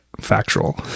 factual